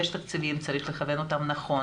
יש תקציבים, צריך לכוון אותם נכון